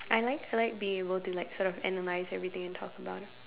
I like to like be able to like sort of analyse everything and talk about it